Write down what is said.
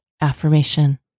AFFIRMATION